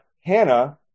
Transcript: Hannah